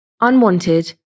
unwanted